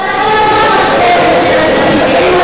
אבל אתה כל הזמן משווה בין הצדדים ואין מקום,